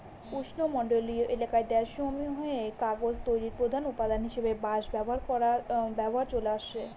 উষ্ণমন্ডলীয় এলাকার দেশসমূহে কাগজ তৈরির প্রধান উপাদান হিসাবে বাঁশ ব্যবহার চলে আসছে